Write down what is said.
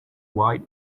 white